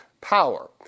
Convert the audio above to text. power